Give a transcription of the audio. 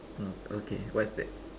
oh okay what's that